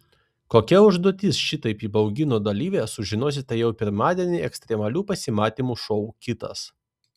kokia užduotis šitaip įbaugino dalyvę sužinosite jau pirmadienį ekstremalių pasimatymų šou kitas